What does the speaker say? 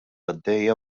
għaddejja